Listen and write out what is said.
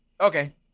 Okay